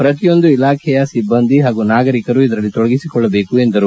ಪ್ರತಿಯೊಂದು ಇಲಾಖೆಯ ಸಿಬ್ಬಂದಿ ಹಾಗೂ ನಾಗರಿಕರು ಇದರಲ್ಲಿ ತೊಡಗಿಸಿಕೊಳ್ಳಬೇಕು ಎಂದರು